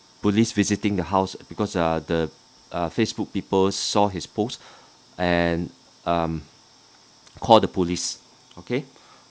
police visiting the house because uh the uh facebook people saw his post and um call the police okay